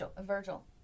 Virgil